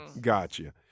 gotcha